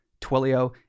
Twilio